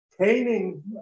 painting